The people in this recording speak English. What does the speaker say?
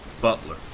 Butler